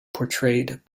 portrayed